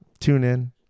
TuneIn